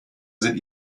sind